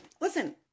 Listen